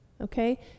okay